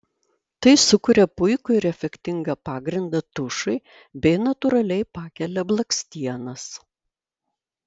tai sukuria puikų ir efektingą pagrindą tušui bei natūraliai pakelia blakstienas